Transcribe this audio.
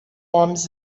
homens